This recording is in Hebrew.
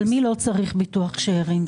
אבל מי לא צריך ביטוח שארים?